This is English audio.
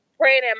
praying